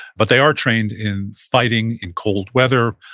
but they are trained in fighting in cold weather,